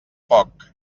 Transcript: poc